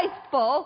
faithful